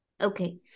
Okay